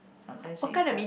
sometimes we tell